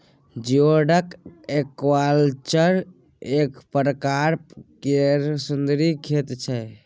geoduck aquaculture एक परकार केर समुन्दरी खेती छै